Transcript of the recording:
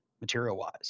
material-wise